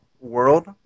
world